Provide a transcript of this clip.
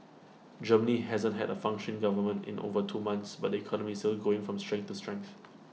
Germany hasn't had A function government in over two months but the economy is still going from strength to strength